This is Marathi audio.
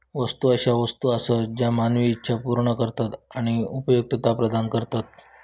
वस्तू अशा वस्तू आसत ज्या मानवी इच्छा पूर्ण करतत आणि उपयुक्तता प्रदान करतत